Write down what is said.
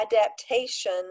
adaptation